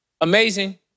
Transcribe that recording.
Amazing